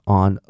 on